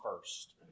first